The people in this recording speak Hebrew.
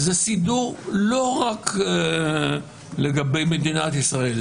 זה סידור לא רק לגבי מדינת ישראל,